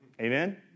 Amen